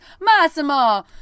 Massimo